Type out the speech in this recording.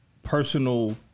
personal